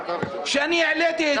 ומה נאמר לי?